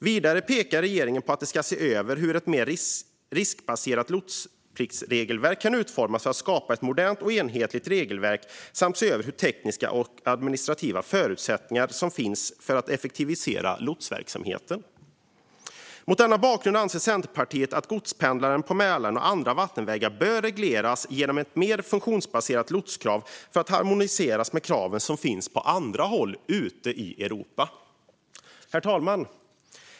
Vidare pekar regeringen på att man ska se över hur ett mer riskbaserat lotspliktsregelverk kan utformas för att skapa ett modernt och enhetligt regelverk och vilka tekniska och administrativa förutsättningar som finns för att effektivisera lotsverksamheten. Mot denna bakgrund anser Centerpartiet att godspendlar på Mälaren och andra vattenvägar bör regleras genom ett mer funktionsbaserat lotskrav för att harmoniera med kraven som finns på andra håll i Europa. Herr talman!